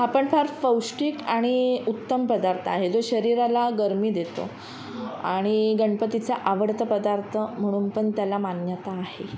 हा पण फार पौष्टिक आणि उत्तम पदार्थ आहे जो शरीराला गरमी देतो आणि गणपतीचा आवडता पदार्थ म्हणून पण त्याला मान्यता आहे